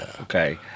okay